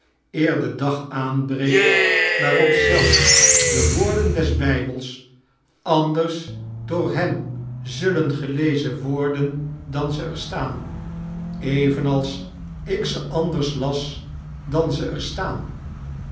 de dag aanbreekti waarop zelfs de woorden des bijbels andeja door hem zulleh gelezen worden dan ze er staan evenals ik ze anders las dan z er staan